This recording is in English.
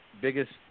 biggest